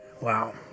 wow